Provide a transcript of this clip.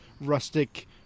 rustic